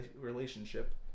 relationship